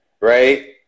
right